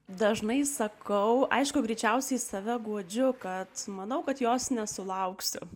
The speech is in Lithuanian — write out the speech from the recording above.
dažnai sakau aišku greičiausiai save guodžiu kad manau kad jos nesulauksime